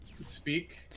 speak